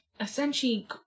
essentially